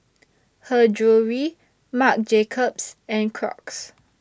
Her Jewellery Marc Jacobs and Crocs